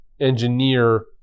engineer